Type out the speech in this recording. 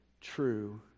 true